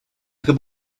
could